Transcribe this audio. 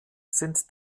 sind